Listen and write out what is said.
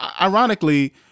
ironically